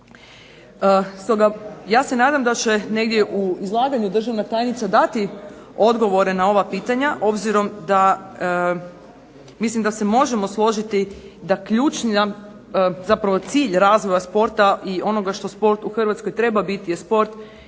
ja se nadam da će negdje u izlaganju državna tajnica dati odgovore na ova pitanja. Obzirom da mislim da se možemo složiti da ključna, zapravo cilj razvoja sporta i onoga što sport u Hrvatskoj treba biti je sport